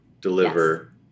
deliver